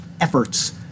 efforts